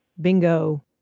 bingo